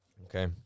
okay